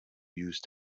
used